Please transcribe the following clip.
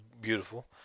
beautiful